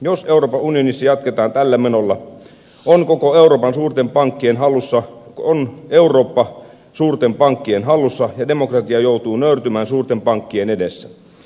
jos euroopan unionissa jatketaan tällä menolla on koko eurooppa suurten pankkien hallussa ja demokratia joutuu nöyrtymään suurten pankkien edessä